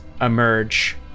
emerge